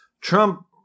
Trump